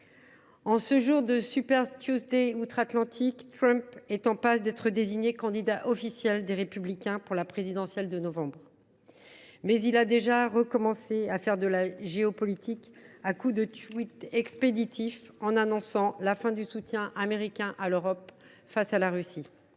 En ce jour de outre Atlantique, Trump est en passe d’être désigné candidat officiel des Républicains pour la présidentielle de novembre prochain, et il a déjà recommencé à faire de la géopolitique à coups de expéditifs annonçant notamment la fin du soutien américain à l’Europe face à la Russie.